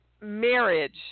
marriage